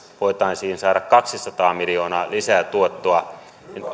voitaisiin saada kaksisataa miljoonaa lisää tuottoa